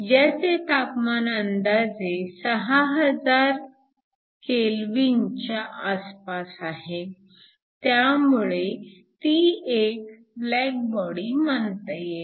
ज्याचे तापमान अंदाजे 6000 k च्या आसपास आहे त्यामुळे ती एक ब्लॅक बॉडी मानता येईल